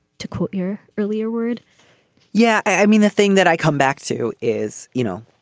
to quote your earlier word yeah. i mean, the thing that i come back to is, you know,